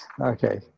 Okay